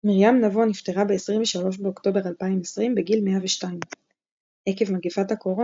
מרים נבו נפטרה ב-23 באוקטובר 2020 בגיל 102. עקב מגפת הקורונה,